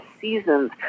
seasons